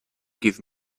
give